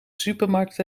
supermarkt